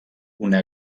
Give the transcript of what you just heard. una